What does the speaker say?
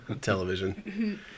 television